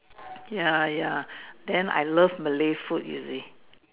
ya ya then I love Malay food you see